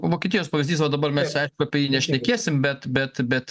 vokietijos pavyzdys va dabar mes čia aišku apie jį nešnekėsim bet bet bet